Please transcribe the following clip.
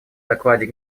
докладе